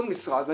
כל משרד ממשלתי,